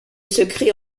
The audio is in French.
secret